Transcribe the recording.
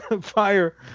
fire